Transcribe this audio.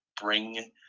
bring